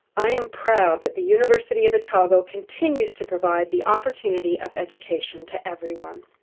i am proud that the university of otago continues to provide the opportunity of education to everyone.